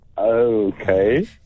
Okay